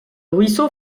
ruisseau